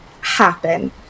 happen